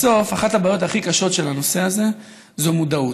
בסוף אחת הבעיות הכי קשות של הנושא הזה זו מודעות.